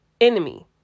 enemy